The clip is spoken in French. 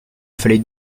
fallait